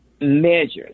measures